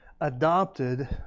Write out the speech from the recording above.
adopted